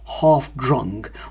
half-drunk